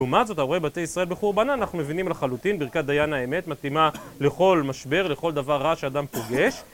לעומת זאת, הרואה בתי ישראל בחורבנן, אנחנו מבינים לחלוטין, ברכת דיין האמת מתאימה לכל משבר, לכל דבר רע שאדם פוגש